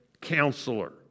counselor